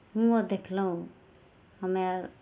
हुँओँ देखलहुँ हमे अर